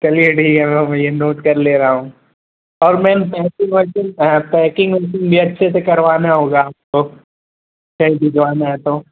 चलिए ठीक है मैम मैं यह नोट कर ले रहा हूँ और मैम पैकिन्ग वैकिन्ग पैकिन्ग वैकिन्ग भी अच्छे से करवाना होगा आपको कहीं भिजवाना है तो